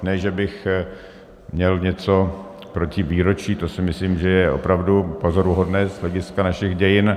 Ne že bych měl něco proti výročí, to si myslím, že je opravdu pozoruhodné z hlediska našich dějin.